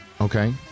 okay